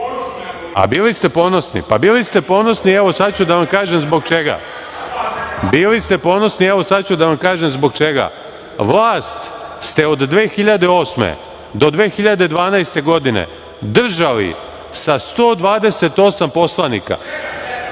bili ste ponosni? Pa, bili ste ponosni i, evo, sad ću da vam kažem zbog čega. Vlast ste od 2008. do 2012. godine držali sa 128 poslanika.(Srđan